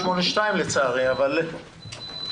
אנחנו ערים לכל הדבר הזה, עובדים על זה חזק.